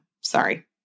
sorry